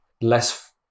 less